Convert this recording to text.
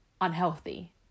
unhealthy